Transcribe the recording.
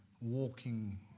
walking